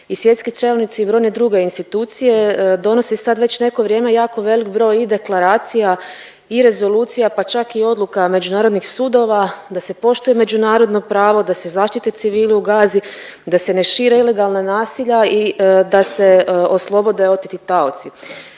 i svjetski čelnici i brojne druge institucije donosi sad već neko vrijeme jako velik broj i deklaracija i rezolucija, pa čak i odluka međunarodnih sudova da se poštuje međunarodno pravo, da se zaštite civili u Gazi, da se ne šire ilegalna nasilja i da se oslobode oteti taoci.